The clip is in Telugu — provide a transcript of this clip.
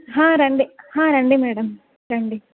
హా రండి హా రండి మేడం రండి